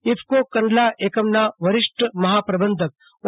ઈફકો કંડલા એકમના વરિષ્ઠ મહાપ્રબંધક ઓ